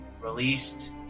released